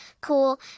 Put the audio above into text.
cool